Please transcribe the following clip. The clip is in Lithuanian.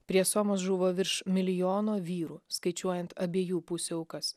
prie somos žuvo virš milijono vyrų skaičiuojant abiejų pusių aukas